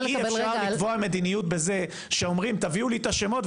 אי אפשר לקבוע מדיניות בזה שאומרים תביאו לי את השמות,